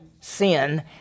sin